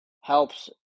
helps